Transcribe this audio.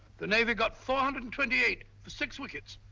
the navy got four hundred and twenty eight six wickets.